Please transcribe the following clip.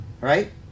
right